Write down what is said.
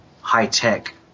high-tech